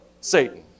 Satan